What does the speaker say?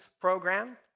program